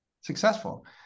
successful